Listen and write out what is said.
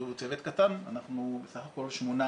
שהוא צוות קטן, אנחנו בסך הכול שמונה